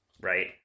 right